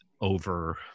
over